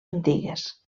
antigues